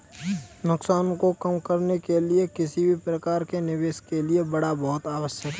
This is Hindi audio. नुकसान को कम करने के लिए किसी भी प्रकार के निवेश के लिए बाड़ा बहुत आवश्यक हैं